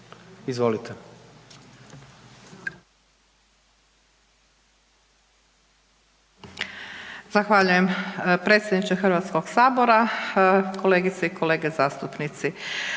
(HDZ)** Zahvaljujem predsjedniče HS-a, kolegice i kolege zastupnici.